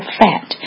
fat